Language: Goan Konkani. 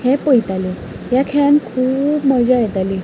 हें पळयताले ह्या खेळांत खूब मजा येताली